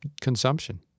consumption